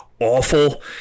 awful